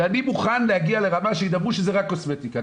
ואני מוכן להגיע לרמה שידברו שזה רק קוסמטיקה.